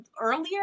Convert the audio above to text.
earlier